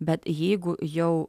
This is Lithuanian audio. bet jeigu jau